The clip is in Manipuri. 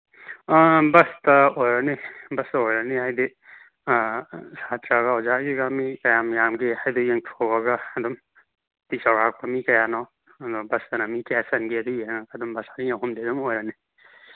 ꯕꯁꯇ ꯑꯣꯏꯔꯅꯤ ꯕꯁꯇ ꯑꯣꯏꯔꯅꯤ ꯍꯥꯏꯗꯤ ꯁꯥꯇ꯭ꯔꯒ ꯑꯣꯖꯥꯒꯤꯒ ꯃꯤ ꯀꯌꯥꯝ ꯌꯥꯝꯒꯦ ꯍꯥꯏꯕꯗꯣ ꯌꯦꯡꯊꯣꯛꯑꯒ ꯑꯗꯨꯝ ꯆꯥꯎꯔꯥꯛꯄ ꯃꯤ ꯀꯌꯥꯅꯣ ꯑꯗꯨꯒ ꯕꯁꯇꯅ ꯃꯤ ꯀꯌꯥ ꯆꯟꯒꯦꯗꯣ ꯌꯦꯡꯉꯒ ꯑꯗꯨꯝ ꯕꯁ ꯑꯅꯤ ꯑꯍꯨꯝꯗꯤ ꯑꯗꯨꯝ ꯑꯣꯏꯔꯅꯤ